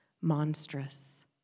monstrous